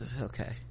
okay